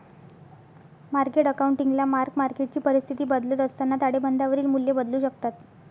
market अकाउंटिंगला mark मार्केटची परिस्थिती बदलत असताना ताळेबंदावरील मूल्ये बदलू शकतात